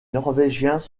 norvégiens